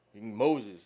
Moses